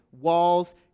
walls